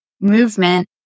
movement